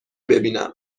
ببینم